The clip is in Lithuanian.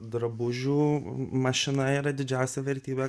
drabužių mašina yra didžiausia vertybė